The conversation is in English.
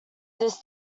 this